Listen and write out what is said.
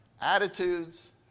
attitudes